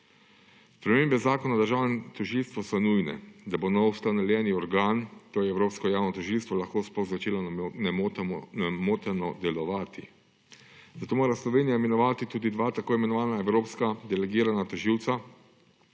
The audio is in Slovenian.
Spremembe Zakona o državnem tožilstvu so nujne, da bo novoustanovljeni organ, to je Evropsko javno tožilstvo, lahko sploh začelo nemoteno delovati. Zato mora Slovenija imenovati tudi dva tako imenovana evropska delegirana tožilca,